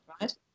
right